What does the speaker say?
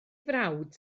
frawd